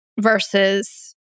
versus